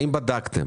האם בדקתם